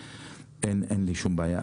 אין לי שום בעיה,